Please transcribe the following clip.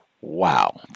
Wow